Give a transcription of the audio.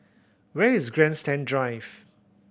where is Grandstand Drive